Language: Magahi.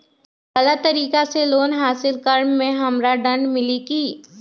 गलत तरीका से लोन हासिल कर्म मे हमरा दंड मिली कि?